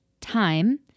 time